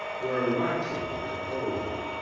were waxy with cold.